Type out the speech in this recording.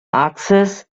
access